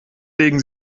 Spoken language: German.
legen